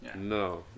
No